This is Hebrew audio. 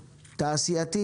תעשייתי,